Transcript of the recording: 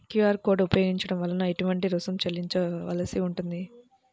QR code ఉపయోగించటం వలన ఏటువంటి రుసుం చెల్లించవలసి ఉంటుంది?